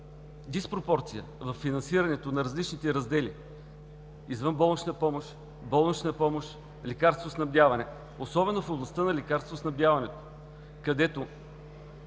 във финансирането на различните раздели – извънболнична помощ, болнична помощ, лекарствоснабдяване, особено в областта на лекарствоснабдяването, където